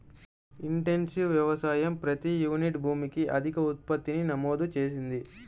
intensive వ్యవసాయం ప్రతి unit భూమికి అధిక ఉత్పత్తిని నమోదు చేసింది